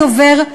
הדובר,